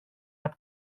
από